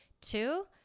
Two